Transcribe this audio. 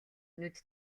нүд